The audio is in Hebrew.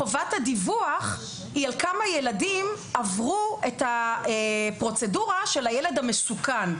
חובת הדיווח היא על כמה ילדים עברו את הפרוצדורה של הילד המסוכן.